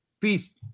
Peace